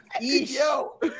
yo